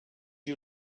you